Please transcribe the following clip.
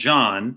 John